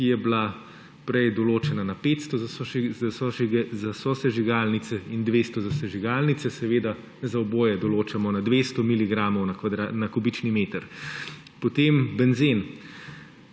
ki je bila prej določena na 500 za sosežigalnice in 200 za sežigalnice, seveda za oboje določamo na 200 miligramov na kubični meter. Potem benzen.